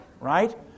right